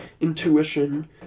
intuition